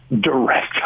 direct